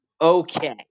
okay